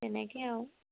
তেনেকে আৰু